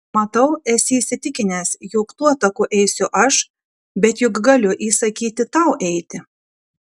matau esi įsitikinęs jog tuo taku eisiu aš bet juk galiu įsakyti tau eiti